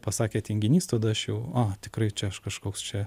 pasakė tinginys tada aš jau a tikrai čia aš kažkoks čia